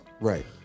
right